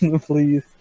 please